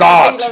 God